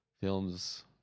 films